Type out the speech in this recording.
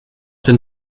den